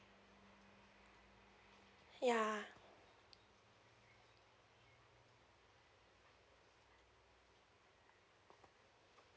yeah